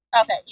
Okay